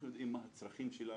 אנחנו יודעים מה הצרכים שלנו.